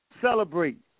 Celebrate